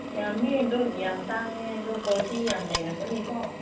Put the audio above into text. ꯌꯥꯝꯃꯤ ꯑꯗꯨ ꯌꯥꯝ ꯇꯥꯡꯉꯦ ꯑꯗꯨ ꯀ꯭ꯋꯥꯂꯤꯇꯤ ꯌꯥꯝ ꯂꯩꯔꯝꯒꯅꯤꯀꯣ